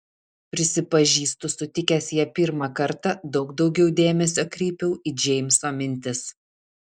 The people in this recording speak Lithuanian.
prisipažįstu sutikęs ją pirmą kartą daug daugiau dėmesio kreipiau į džeimso mintis